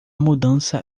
mudança